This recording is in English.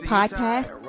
Podcast